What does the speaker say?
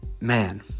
man